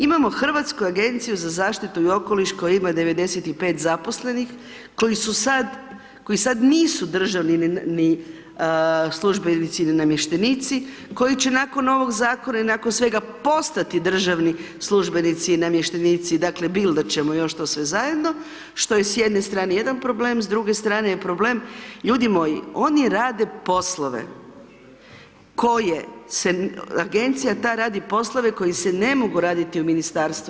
Imamo Hrvatsku agenciju za zaštitu i okoliš koja ima 95 zaposlenih, koji su sad, koji sad nisu državni službenici ili namještenici, koji će nakon ovog zakona i nakon svega postati državni službenici i namještenici, dakle bildat ćemo još to sve zajedno, što je s jedne strane jedan problem, s druge strane je problem ljudi moji oni rade poslove koje se, agencija ta radi poslove koji se ne mogu radi u ministarstvu.